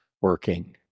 working